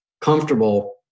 comfortable